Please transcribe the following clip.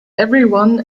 everyone